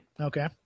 Okay